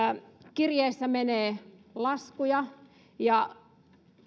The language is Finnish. kirjeissä menee laskuja ja